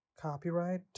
Copyright